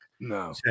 No